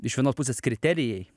iš vienos pusės kriterijai